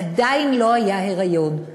עדיין לא היה אצלן היריון.